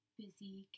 busy